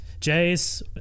Jace